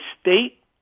state